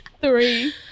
Three